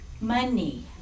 money